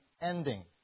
ending